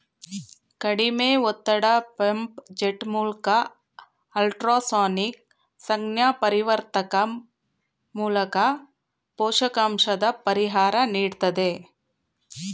ಕಡಿಮೆ ಒತ್ತಡ ಪಂಪ್ ಜೆಟ್ಮೂಲ್ಕ ಅಲ್ಟ್ರಾಸಾನಿಕ್ ಸಂಜ್ಞಾಪರಿವರ್ತಕ ಮೂಲ್ಕ ಪೋಷಕಾಂಶದ ಪರಿಹಾರ ನೀಡ್ತದೆ